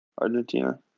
Argentina